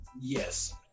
Yes